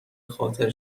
خاطر